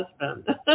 husband